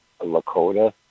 Lakota